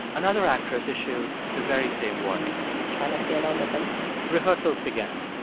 another actress issued the very same warning try not to be alone with him rehearsals began.